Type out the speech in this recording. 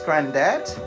Granddad